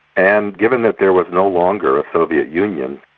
and given that there was no longer a soviet union,